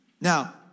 Now